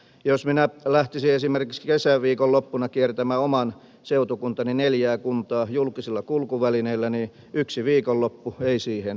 jos minä lähtisin esimerkiksi kesäviikonloppuna kiertämään oman seutukuntani neljää kuntaa julkisilla kulkuvälineillä niin yksi viikonloppu ei siihen riittäisi